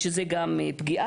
שזו גם פגיעה.